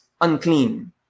unclean